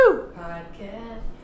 podcast